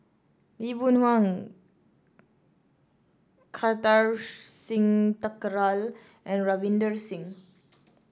Lee Boon Wang Kartar Singh Thakral and Ravinder Singh